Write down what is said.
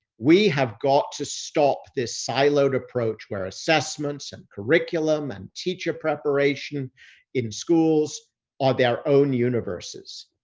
we have got to stop this siloed approach where assessments and curriculum and teacher preparation in schools are their own universes.